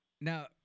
now